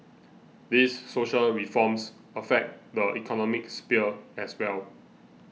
these social reforms affect the economic sphere as well